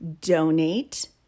donate